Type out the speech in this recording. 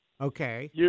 Okay